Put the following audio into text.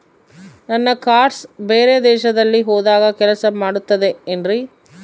ನನ್ನ ಕಾರ್ಡ್ಸ್ ಬೇರೆ ದೇಶದಲ್ಲಿ ಹೋದಾಗ ಕೆಲಸ ಮಾಡುತ್ತದೆ ಏನ್ರಿ?